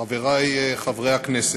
חברי חברי הכנסת,